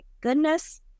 goodness